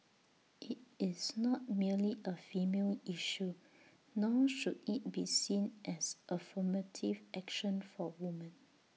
IT is not merely A female issue nor should IT be seen as affirmative action for woman